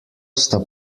sta